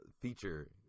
feature